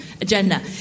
agenda